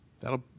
That'll